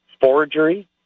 forgery